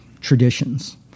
traditions